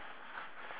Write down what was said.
oh